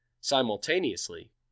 Simultaneously